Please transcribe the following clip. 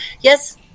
yes